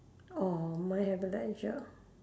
orh mine have leisure